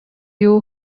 you